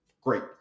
Great